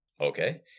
Okay